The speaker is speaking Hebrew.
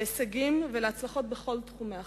להישגים ולהצלחות בכל תחומי החיים.